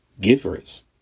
givers